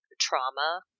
trauma